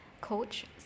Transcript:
Coach